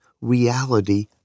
reality